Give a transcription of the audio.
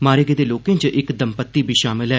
मारे गेदे लोकें च इक दम्पत्ति बी शामल ऐ